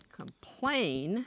complain